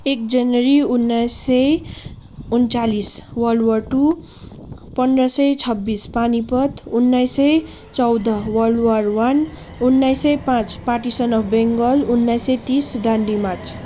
एक जनवरी उन्नाइस सय उन्चालिस वर्ल्ड वार टु पन्ध्र सय छब्बिस पानिपथ उन्नाइस सय चौध वर्ल्ड वार वान उन्नाइस सय पाँच पार्टिसन अफ बङ्गाल उन्नाइस सय तिस डान्डी मार्च